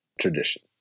tradition